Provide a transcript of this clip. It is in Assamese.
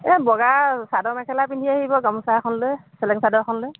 এই বগা চাদৰ মেখেলা পিন্ধি আহিব গামোচা এখন লৈ চেলেং চাদৰ এখন লৈ